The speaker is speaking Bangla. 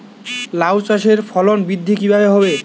লাউ চাষের ফলন বৃদ্ধি কিভাবে হবে?